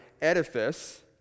edifice